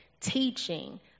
teaching